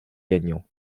gagnant